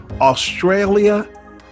Australia